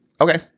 Okay